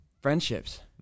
friendships